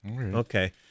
okay